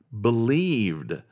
believed